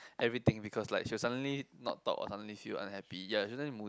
everything because like she will suddenly not talk or suddenly feel unhappy ya she will suddenly moody